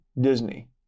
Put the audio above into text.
Disney